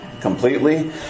Completely